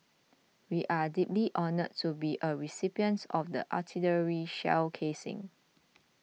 we are deeply honoured to be a recipient of the artillery shell casing